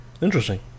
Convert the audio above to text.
Interesting